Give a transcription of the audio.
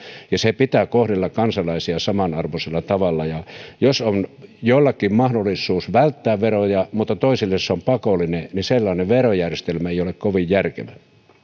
ja sen pitää kohdella kansalaisia samanarvoisella tavalla ja jos on jollakin mahdollisuus välttää veroja mutta toisille ne ovat pakollisia niin sellainen verojärjestelmä ei ei ole kovin järkevä